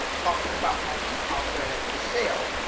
talking about homes in alpharetta for sale